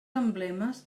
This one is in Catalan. emblemes